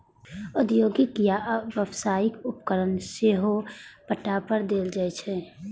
औद्योगिक या व्यावसायिक उपकरण सेहो पट्टा पर देल जाइ छै